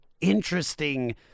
interesting